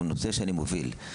זה נושא שאני מוביל.